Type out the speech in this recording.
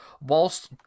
whilst